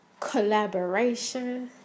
collaboration